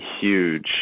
huge